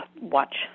watch